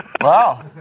Wow